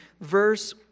verse